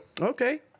okay